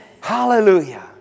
Hallelujah